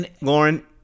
Lauren